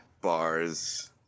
bars